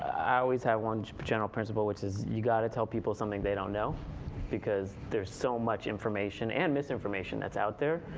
i always have one but general principle, which is you've got to tell people something they don't know because there is so much information and misinformation that's out there,